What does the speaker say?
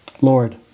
Lord